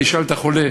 תשאל את החולה,